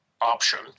option